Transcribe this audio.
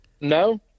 no